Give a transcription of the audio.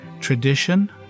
Tradition